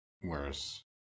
Whereas